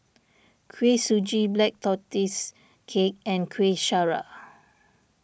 Kuih Suji Black Tortoise Cake and Kueh Syara